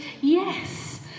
Yes